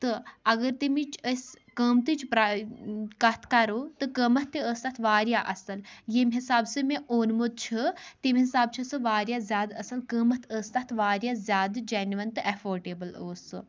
تہٕ اگر تمِچ أسۍ قۭمتٕچ کتھ کرو تہٕ قۭمتھ تہِ ٲس تتھ واریاہ اصٕل ییٚمہِ حساب سُہ مےٚ اوٚنمُت چھُ تمہِ حساب چھُ سُہ واریاہ زیادٕ اصل قۭمتھ ٲس تتھ واریاہ زیادٕ جنوین تہٕ افوڈیبٕل اوس سُہ